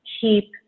keep